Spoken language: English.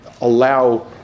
allow